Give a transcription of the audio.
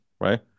right